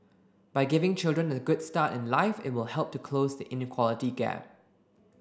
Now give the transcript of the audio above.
by giving children a good start in life it will help to close the inequality gap